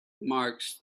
marks